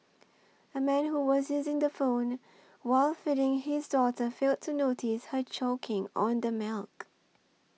a man who was using the phone while feeding his daughter failed to notice her choking on the milk